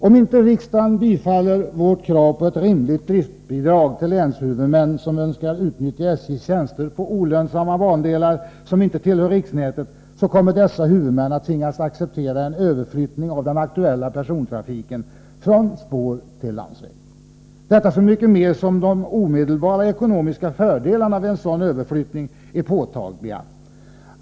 Om inte riksdagen bifaller vårt krav på ett rimligt driftsbidrag till de länshuvudmän som önskar utnyttja SJ:s tjänster på olönsamma bandelar som inte tillhör riksnätet, kommer dessa huvudmän att tvingas acceptera en överflyttning av den aktuella persontrafiken från spår till landsväg — detta så mycket mer som de omedelbara ekonomiska fördelarna vid en sådan överflyttning är påtagliga.